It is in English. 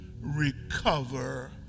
recover